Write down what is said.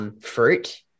Fruit